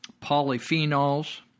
polyphenols